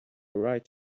right